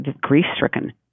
grief-stricken